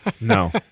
No